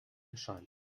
erscheint